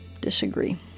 Disagree